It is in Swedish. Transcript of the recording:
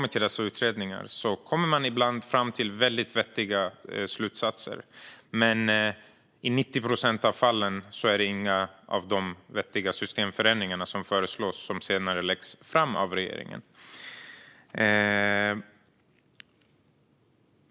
I dessa utredningar kommer man ibland fram till väldigt vettiga slutsatser, men i 90 procent av fallen är det inga av de vettiga systemförändringar som föreslås som senare läggs fram av regeringen.